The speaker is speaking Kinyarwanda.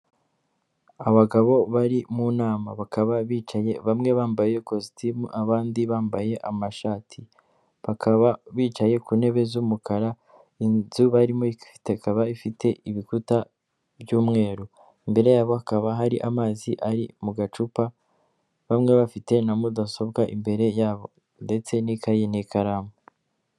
Abagabo bari mu nama bakaba bicaye bamwe bambaye ikositimu abandi bambaye amashati, bakaba bicaye ku ntebe z'umukara, inzu barimote ikaba ifite ibikuta by'umweru, imbere yabo hakaba hari amazi ari mu gacupa bamwe bafite na mudasobwa imbere yabo, ndetse n'ikayi n'ikaramu.